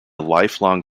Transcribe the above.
lifelong